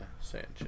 Sanchez